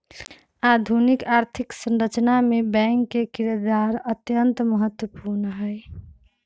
आधुनिक आर्थिक संरचना मे बैंक के किरदार अत्यंत महत्वपूर्ण हई